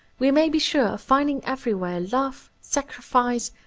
we may be sure finding everywhere love, sacrifice,